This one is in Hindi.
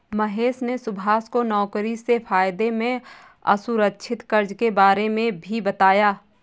महेश ने सुभाष को नौकरी से फायदे में असुरक्षित कर्ज के बारे में भी बताया